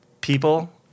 People